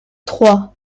trois